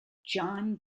john